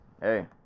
hey